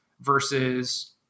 versus